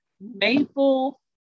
Maple